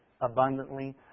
abundantly